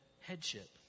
headship